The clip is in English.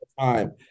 time